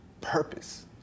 purpose